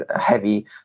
heavy